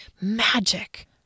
magic